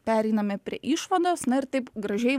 pereiname prie išvados na ir taip gražiai